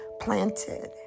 planted